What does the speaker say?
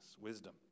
wisdom